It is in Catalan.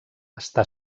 està